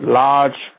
large